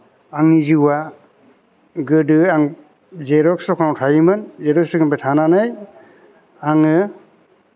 आंनि जिउआ गोदो आं जेरक्स दखानाव थायोमोन जेरक्स दखाननिफ्राय थानानै आङो